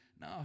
No